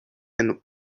and